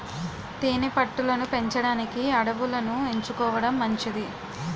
తేనె పట్టు లను పెంచడానికి అడవులను ఎంచుకోవడం మంచిది